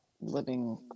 living